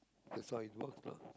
that's why it work lah